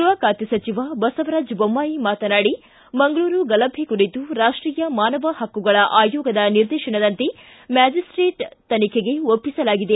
ಗೃಹ ಖಾತೆ ಸಚಿವ ಬಸವರಾಜ ಬೊಮ್ಲಾಯಿ ಮಾತನಾಡಿ ಮಂಗಳೂರು ಗಲಭೆ ಕುರಿತು ರಾಷ್ವೀಯ ಮಾನವ ಹಕ್ಕುಗಳ ಆಯೋಗದ ನಿರ್ದೇಶನದಂತೆ ಮ್ಯಾಜಿಸ್ಟೇಟ್ ತನಿಖೆಗೆ ಒಪ್ಪಿಸಲಾಗಿದೆ